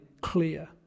clear